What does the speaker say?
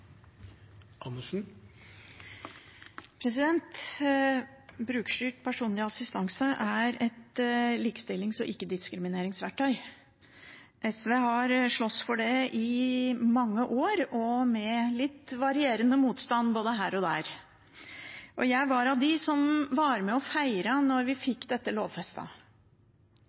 et likestillings- og ikkediskrimineringsverktøy. SV har slåss for det i mange år, med litt varierende motstand både her og der. Jeg var av dem som var med og feiret da vi fikk dette